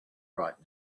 right